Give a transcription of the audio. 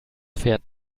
fährt